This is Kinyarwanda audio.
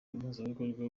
umuhuzabikorwa